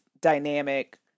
dynamic